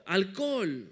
alcohol